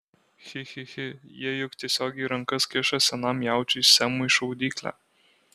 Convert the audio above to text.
chi chi chi jie juk tiesiog į rankas kiša senam jaučiui semui šaudyklę